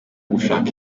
gushaka